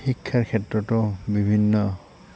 শিক্ষাৰ ক্ষেত্ৰতো বিভিন্ন